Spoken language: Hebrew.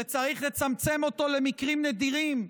שצריך לצמצם אותו למקרים נדירים.